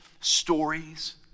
stories